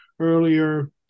earlier